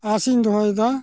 ᱟᱥᱤᱧ ᱫᱚᱦᱚᱭᱮᱫᱟ